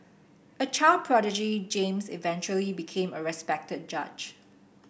a child prodigy James eventually became a respected judge